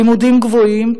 לימודים גבוהים,